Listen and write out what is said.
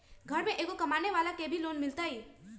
घर में एगो कमानेवाला के भी लोन मिलहई?